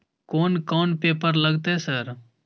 कोन कौन पेपर लगतै सर?